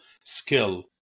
skill